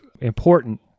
important